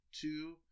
two